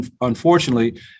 Unfortunately